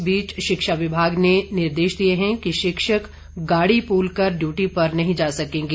इस बीच शिक्षा विभाग ने निर्देश दिए हैं कि शिक्षक गाड़ी पूल कर ड्यूटी पर नहीं जा सकेंगे